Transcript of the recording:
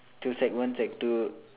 till sec one sec two